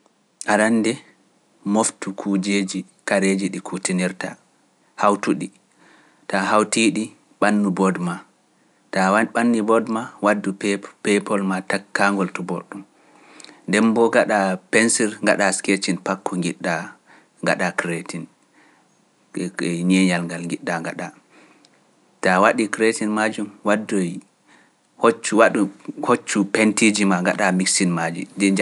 Arande heɓu ko ngimanta, ndemboo keɓa keɓa melodi ma ɗum jowanta jimol ngol, ta heɓi sey njoɗoɗa mbinnda liriks ma, mbinnda jimiiji ma aayaaji ɗen ɗe pati mbinnda ɗe, ta winndi sey ngara njoɗoɗa sey ngaɗa rekodin maaje,